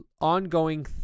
ongoing